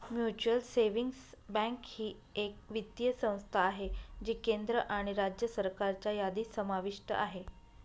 mutual savings bank ही एक वित्तीय संस्था आहे जी केंद्र आणि राज्य सरकारच्या यादीत समाविष्ट आहे